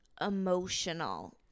emotional